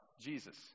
Jesus